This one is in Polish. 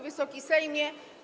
Wysoki Sejmie!